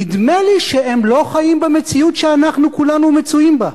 נדמה לי שהם לא חיים במציאות שאנחנו כולנו מצויים בה.